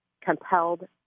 compelled